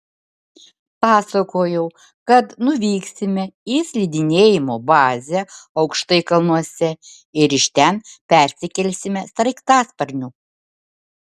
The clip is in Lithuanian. pasakojau kad nuvyksime į slidinėjimo bazę aukštai kalnuose ir iš ten persikelsime sraigtasparniu